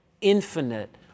infinite